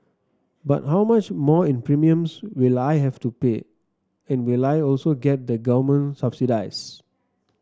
but how much more in premiums will I have to pay and will I also get the government subsidies